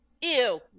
Ew